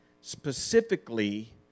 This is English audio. specifically